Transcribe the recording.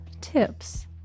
tips